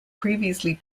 previously